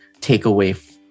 takeaway